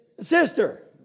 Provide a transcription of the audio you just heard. sister